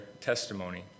testimony